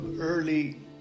early